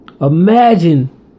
Imagine